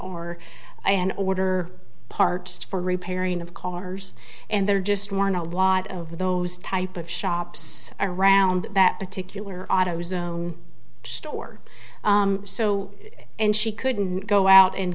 i and order parts for repairing of cars and there just weren't a lot of those type of shops around that particular auto zone store so and she couldn't go out and